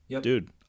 Dude